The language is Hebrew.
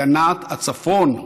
הגנת הצפון,